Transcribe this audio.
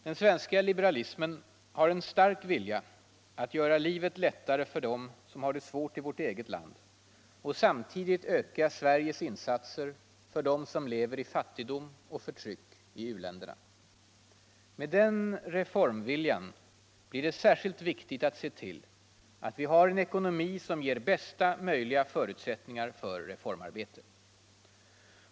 Den svenska liberalismen har en stark vilja att göra livet lättare för den som har det svårt i vårt eget land och samtidigt öka Sveriges insatser för dem som lever i fattigdom och förtryck i u-länderna. Med den reformviljan blir det särskilt viktigt att se till att vi har en ekonomi som ger bästa möjliga förutsättningar för reformarbete.